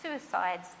suicides